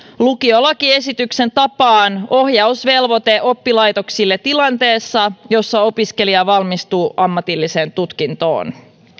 lukiolakiesityksen tapaan ohjausvelvoite oppilaitoksille tilanteessa jossa opiskelija valmistuu ammatilliseen tutkintoon